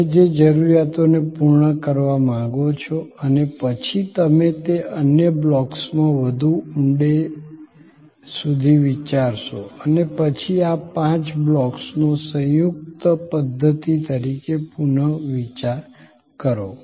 તમે જે જરૂરિયાતોને પૂર્ણ કરવા માંગો છો અને પછી તમે તે અન્ય બ્લોક્સમાં વધુ ઊંડે સુધી વિચારશો અને પછી આ પાંચ બ્લોક્સનો સંયુક્ત પધ્ધતિ તરીકે પુનર્વિચાર કરો